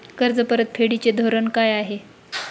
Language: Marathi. कर्ज परतफेडीचे धोरण काय आहे?